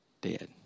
dead